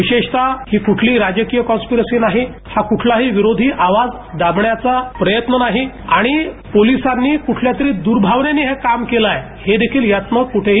विशेषतः ही कोणतीही राजक य कॉ पर सी नाही हा वुळलाही विरोधी आवाज दाब याचा य न नाही आणि पोलिसांनी वुळ यातरी द्रभावनेनं हे काम केलं आहे हे देखिल यातनं कुठेही